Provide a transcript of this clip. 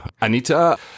Anita